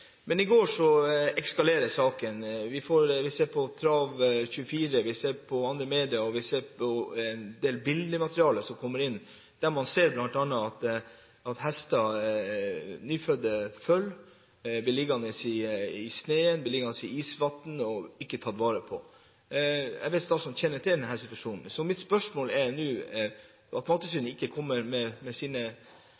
Men i går eskalerte saken. Vi ser på Trav24.no, vi ser på andre media, og vi ser av en del bildemateriell som kommer inn, at bl.a. hester – nyfødte føll – blir liggende i snøen, blir liggende i isvann og blir ikke tatt vare på. Jeg vet at statsråden kjenner til denne situasjonen. Så mitt spørsmål er nå: